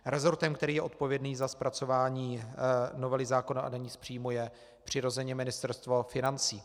Resortem, který je odpovědný za zpracování novely zákona o dani z příjmu je přirozeně Ministerstvo financí.